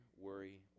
worry